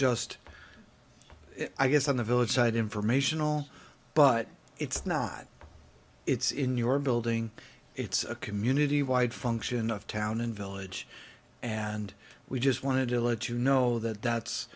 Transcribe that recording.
just i guess on the village side informational but it's not it's in your building it's a community wide function of town and village and we just wanted to let you know that that's